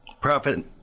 profit